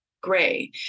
gray